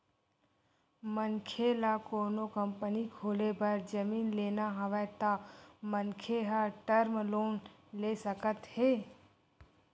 मनखे ल कोनो कंपनी खोले बर जमीन लेना हवय त मनखे ह टर्म लोन ले सकत हे